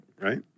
right